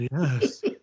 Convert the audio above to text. yes